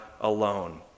alone